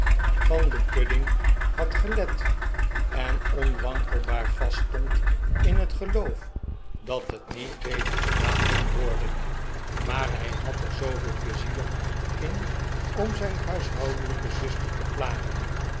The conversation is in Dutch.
van den pudding had gelet en onwankelbaar vaststond in het geloof dat het niet beter gedaan kon worden maar hij had er zooveel pleizier in om zijn huishoudelijke zuster te plagen